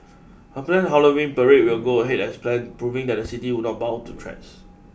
a planned Halloween parade will go ahead as planned proving that the city would not bow to threats